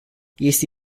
este